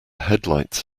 headlights